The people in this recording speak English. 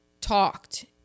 talked